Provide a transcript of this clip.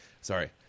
Sorry